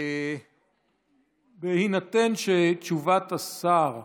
בהינתן שתשובת השר,